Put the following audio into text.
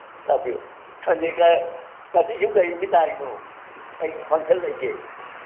ꯇꯥꯛꯄꯤꯌꯨ ꯈꯪꯗꯦ ꯀꯩ ꯉꯁꯤꯁꯤꯕꯨ ꯀꯩ ꯅꯨꯃꯤꯠ ꯇꯥꯔꯤꯅꯣ ꯀꯩ ꯐꯪꯁꯟ ꯂꯩꯒꯦ